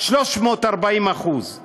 340%;